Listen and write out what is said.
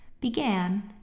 began